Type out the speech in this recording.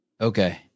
okay